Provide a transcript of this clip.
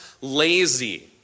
lazy